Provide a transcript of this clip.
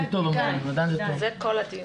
אני אגיד כמה דברים.